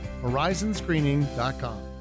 Horizonscreening.com